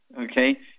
okay